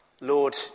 Lord